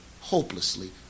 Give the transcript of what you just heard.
hopelessly